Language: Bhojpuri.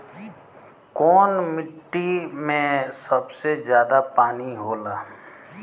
कौन मिट्टी मे सबसे ज्यादा पानी होला?